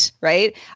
right